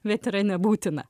bet yra nebūtina